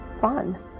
fun